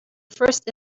first